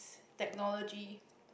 technology